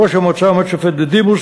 בראש המועצה עומד שופט בדימוס,